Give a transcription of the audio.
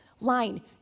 line